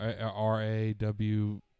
R-A-W